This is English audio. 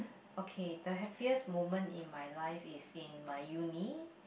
okay the happiest moment in my life is in my uni